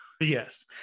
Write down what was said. yes